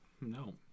no